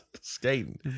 Skating